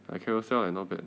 like carousell like not bad